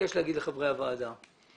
אפשר להטיל עליו עיצום אבל באה פסקה (2)